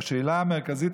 והשאלה המרכזית,